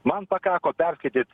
man pakako perskaityt